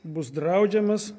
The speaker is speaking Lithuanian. bus draudžiamas